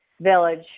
village